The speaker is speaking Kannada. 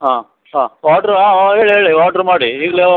ಹಾಂ ಹಾಂ ಆರ್ಡರ ಹೇಳಿ ಹೇಳಿ ಆರ್ಡರ್ ಮಾಡಿ ಈಗಲೇ